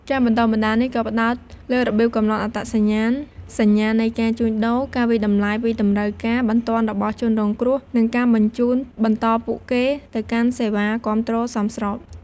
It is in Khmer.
ការបណ្តុះបណ្តាលនេះក៏ផ្តោតលើរបៀបកំណត់អត្តសញ្ញាណសញ្ញានៃការជួញដូរ ការវាយតម្លៃពីតម្រូវការបន្ទាន់របស់ជនរងគ្រោះ និងការបញ្ជូនបន្តពួកគេទៅកាន់សេវាគាំទ្រសមស្រប។